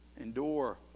endure